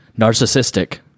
narcissistic